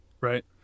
Right